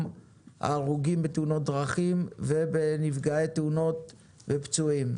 ההרוגים בתאונות דרכים ונפגעי תאונות ופצועים.